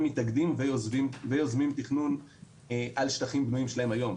מתאגדים ויוזמים תכנון על שטחים בנויים שלהם היום,